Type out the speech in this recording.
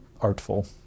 artful